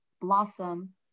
Blossom